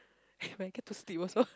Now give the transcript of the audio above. if I get to sleep also